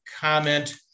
comment